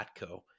ATCO